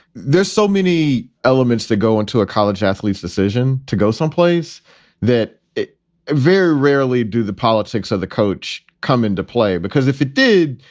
there's so many elements that go into a college athletes decision to go someplace that it very rarely do the politics of the coach come into play, because if it did,